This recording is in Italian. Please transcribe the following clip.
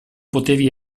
potevi